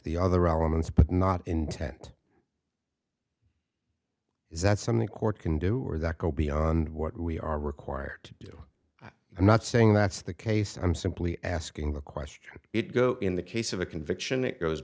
the other elements but not intent is that something court can do or that go beyond what we are required to do i'm not saying that's the case i'm simply asking the question it go in the case of a conviction that goes